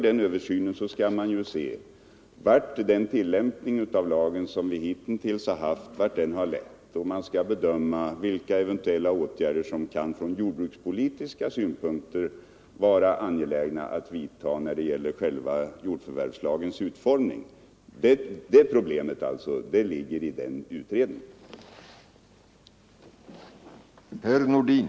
Då skall man | se vad den tillämpning av lagen lett till som vi hittills haft och vilka | eventuella åtgärder som kan vara angelägna från jordbrukspolitiska syn | punkter när det gäller jordförvärvslagens utformning. Det problemet lig | ger i utredningen.